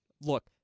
look